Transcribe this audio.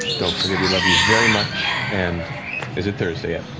don't forget we love you very much and is it thursday yet?